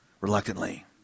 reluctantly